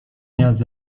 نیاز